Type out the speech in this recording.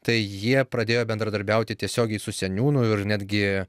tai jie pradėjo bendradarbiauti tiesiogiai su seniūnu ir netgi